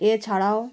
এছাড়াও